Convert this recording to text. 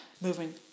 moving